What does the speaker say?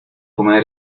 comer